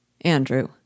Andrew